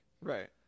right